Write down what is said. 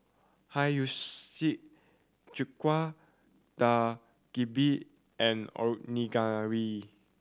Hiyashi Chuka Dak Galbi and Onigiri